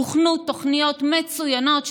הוכנו תוכניות מצוינות,